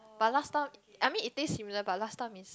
but last time I mean it taste similar but last time is